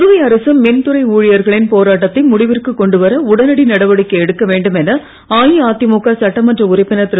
புதுவை அரசு மின்துறை ஊழியர்களின் போராட்டத்தை முடிவிற்கு கொண்டு வர உடனடி நடவடிக்கை எடுக்க வேண்டும் என அஇஅதிமுக சட்டமன்ற உறுப்பினர் திரு